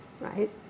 right